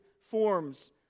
forms